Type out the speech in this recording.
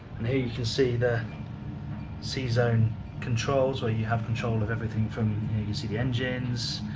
and here you can see the c-zone controls where you have control of everything from, you can see the engines,